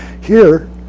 here,